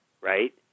right